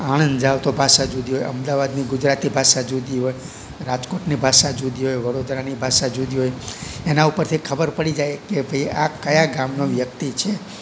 આણંદ જાઓ તો ભાષા જુદી હોય અમદાવાદની ગુજરાતી ભાષા જુદી હોય રાજકોટની ભાષા જુદી હોય વડોદરાની ભાષા જુદી હોય એના ઉપરથી એ ખબર પડી જાય કે ભાઈ આ કયાં ગામનો વ્યક્તિ છે